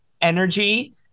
energy